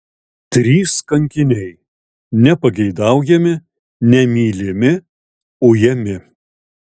trys kankiniai nepageidaujami nemylimi ujami